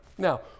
Now